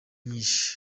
nyinshi